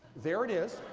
there it is.